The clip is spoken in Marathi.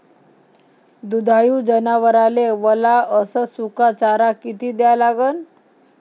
दुधाळू जनावराइले वला अस सुका चारा किती द्या लागन?